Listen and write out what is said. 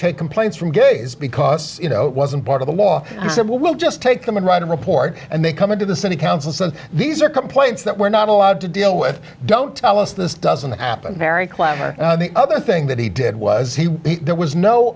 take complaints from gays because you know it wasn't part of the law he said well we'll just take them and write a report and they come into the city council since these are complaints that we're not allowed to deal with don't tell us this doesn't happen very classy the other thing that he did was he there was no